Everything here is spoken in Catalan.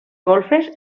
golfes